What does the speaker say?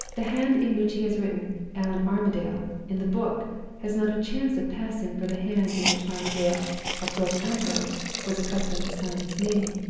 the hand in which he has written allan armadale in the book has not a chance of passing for the hand in which armadale of thorpe ambrose was accustomed to sign his name.